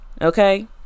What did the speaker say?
Okay